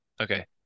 Okay